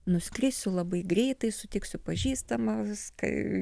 nuskrisiu labai greitai sutiksiu pažįstamą viską